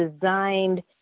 designed